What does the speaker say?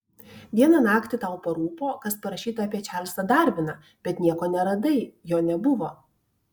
vieną naktį tau parūpo kas parašyta apie čarlzą darviną bet nieko neradai jo nebuvo